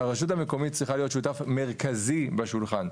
והרשות המקומית צריכה להיות שותף מרכזי בשולחן.